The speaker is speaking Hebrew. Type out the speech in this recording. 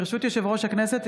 ברשות יושב-ראש הכנסת,